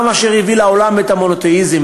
העם אשר הביא לעולם את המונותיאיזם,